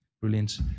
brilliant